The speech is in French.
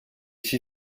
fit